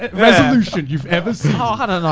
resolution you've ever saw. oh,